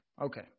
Okay